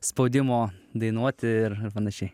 spaudimo dainuoti ir panašiai